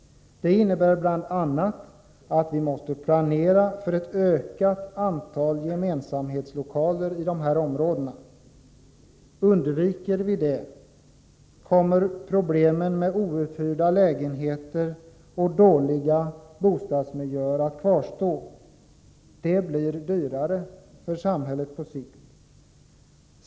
Det innebär bl.a. att vi måste planera för ett ökat antal gemensamhetslokaler i dessa områden. Underlåter vi det, kommer problemen med outhyrda lägenheter och dåliga bostadsmiljöer att kvarstå. Detta blir dyrare för samhället på sikt.